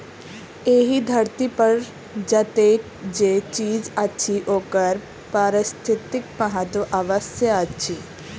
एहि धरती पर जतेक जे चीज अछि ओकर पारिस्थितिक महत्व अवश्य अछि